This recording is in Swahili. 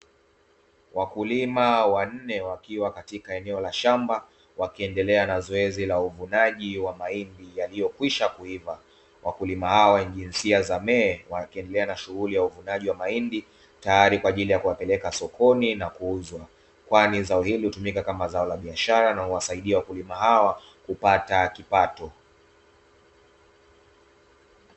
Wakulima wanne wakiwa katika eneo la shamba, wakiendelea na zoezi la uvunaji wa mahindi yaliyokwisha kuiva. Wakulima hawa ni jinsia za me wakiendelea na shughuli za uvunaji wa mahindi, tayari kwa ajili ya kupeleka sokoni na kuuzwa, kwani zao hili hutumika kama zao la biashara na huwasaidia wakulima hawa kupata kipato.